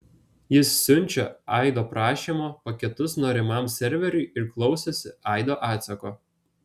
jis siunčia aido prašymo paketus norimam serveriui ir klausosi aido atsako